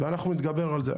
ואנחנו נתגבר על זה.